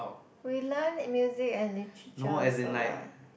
we learn music and Literature also what